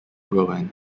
rowan